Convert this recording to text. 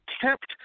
kept